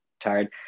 tired